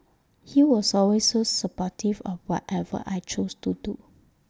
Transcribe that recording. he was always so supportive of whatever I chose to do